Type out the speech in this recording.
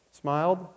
smiled